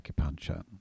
acupuncture